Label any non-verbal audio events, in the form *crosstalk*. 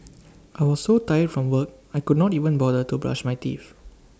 *noise* I was so tired from work I could not even bother to brush my teeth